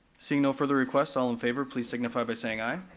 seeing no further requests, all in favor, please signify by saying aye.